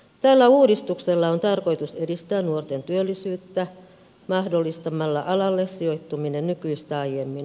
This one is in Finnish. tällä uudistuksella on tarkoitus edistää nuorten työllisyyttä mahdollistamalla alalle sijoittuminen nykyistä aiemmin